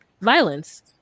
violence